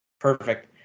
Perfect